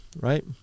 right